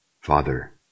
Father